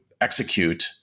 execute